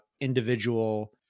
individual